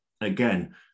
again